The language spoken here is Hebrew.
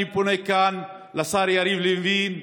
אני פונה כאן לשר יריב לוין,